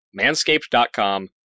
Manscaped.com